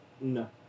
No